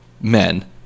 Men